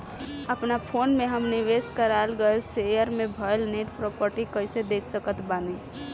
अपना फोन मे हम निवेश कराल गएल शेयर मे भएल नेट प्रॉफ़िट कइसे देख सकत बानी?